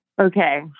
Okay